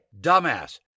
dumbass